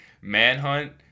manhunt